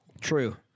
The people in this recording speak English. True